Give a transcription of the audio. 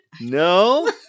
No